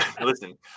Listen